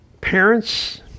parents